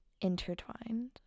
intertwined